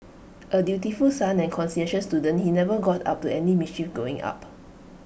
A dutiful son and conscientious student he never got up to any mischief going up